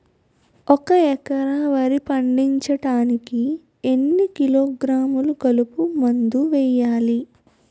ఒక ఎకర వరి పండించటానికి ఎన్ని కిలోగ్రాములు కలుపు మందు వేయాలి?